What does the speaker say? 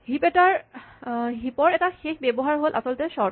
heap ৰ এটা শেষ ব্যৱহাৰ হ'ল আচলতে চৰ্ট